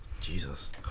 Jesus